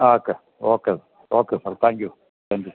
ആക്കെ okay okay സാറെ thank you thank you